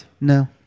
No